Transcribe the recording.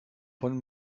von